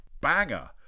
banger